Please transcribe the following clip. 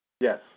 Yes